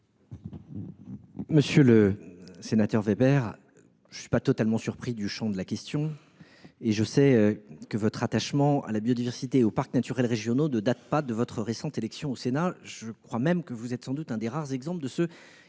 Monsieur le sénateur Weber, je ne suis pas totalement surpris du champ de votre question. Je sais que votre attachement à la biodiversité et aux parcs naturels régionaux ne date pas de votre récente élection au Sénat. Vous êtes même sans doute l’un des rares exemples de